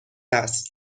است